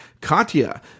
Katya